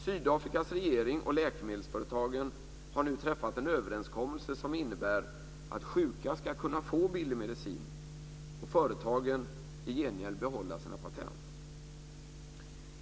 Sydafrikas regering och läkemedelsföretagen har nu träffat en överenskommelse som innebär att sjuka ska kunna få billig medicin och företagen i gengäld behålla sina patent.